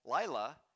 Lila